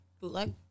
bootleg